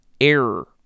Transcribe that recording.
error